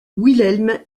wilhelm